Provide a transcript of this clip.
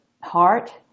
heart